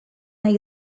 nahi